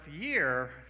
year